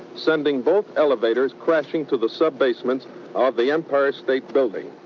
sending both elevators crashing to the sub-basements of the empire state building.